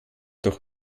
doch